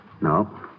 No